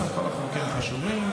כל החוקים חשובים.